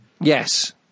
Yes